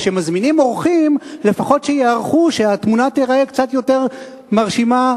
כשמזמינים אורחים לפחות שייערכו שהתמונה תיראה קצת יותר מרשימה.